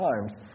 times